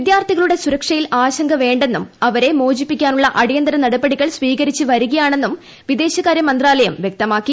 വിദ്യാർത്ഥികളുടെ സുർക്ഷ്യിൽ ആശങ്ക വേ ന്നും അവരെ മോചിപ്പിക്കാനുള്ള അടിയന്തര നടപടികൾ സ്വീകരിച്ച് വരികയാണെന്നും വിദേശകാര്യ മന്ത്രാലയം വ്യക്തമാക്കി